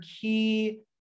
key